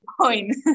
point